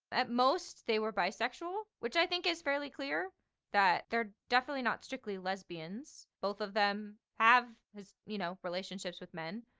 at most they were bisexual, which i think is fairly clear that they're definitely not strictly lesbians. both of them have hisyou you know, relationships with men.